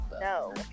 No